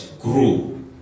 grew